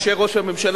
אנשי ראש הממשלה,